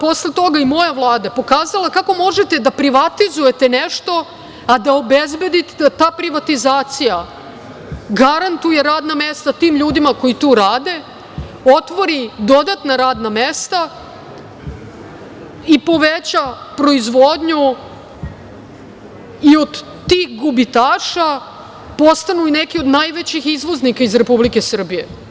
posle toga i moja Vlada, pokazala kako možete da privatizujete nešto, a da obezbedite da ta privatizacija garantuje radna mesta tim ljudima koji tu rade, otvori dodatna radna mesta i poveća proizvodnju i od tih gubitaša postanu i neke od najvećih izvoznika iz Republike Srbije.